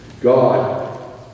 God